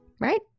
Right